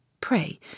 Pray